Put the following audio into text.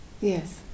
Yes